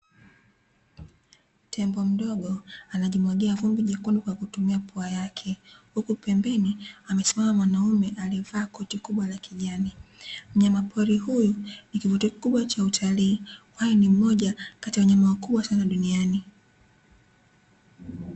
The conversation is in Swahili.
Tembo mdogo anajimwagia vumbi jikoni kwa kutumia pua yake huku pembeni amesimama mwanaume aliyevaa koti kubwa la kijani. Mnyamapori huyu ni kivutio kikubwa cha utalii kwani ni moja kati ya wanyama wakubwa sana duniani.